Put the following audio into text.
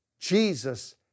Jesus